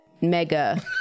mega